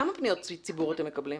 כמה פניות ציבור אתם מקבלים?